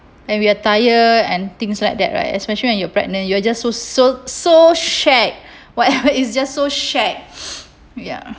and we are tired and things like that right especially when you're pregnant you are just so so so shag whatever it's just so shag ya